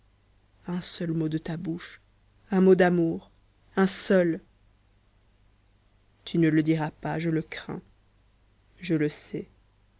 un seul mot de ta bouche un mot d'amour un seul tu ne le diras pas je le crains je le sais